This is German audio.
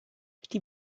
die